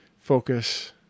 focus